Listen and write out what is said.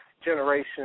generation